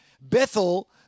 Bethel